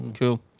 Cool